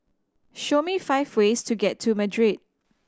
show me five ways to get to Madrid